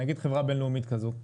נגיד חברה בינלאומית כזו?